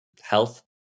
health